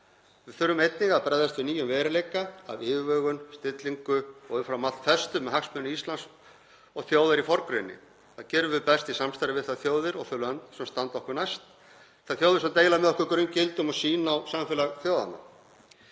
Við þurfum einnig að bregðast við nýjum veruleika af yfirvegun, stillingu og umfram allt festu með hagsmuni Íslands og þjóðarinnar í forgrunni. Það gerum við best í samstarfi við þær þjóðir og þau lönd sem standa okkur næst, þær þjóðir sem deila með okkur grunngildum og sýn á samfélag þjóðanna.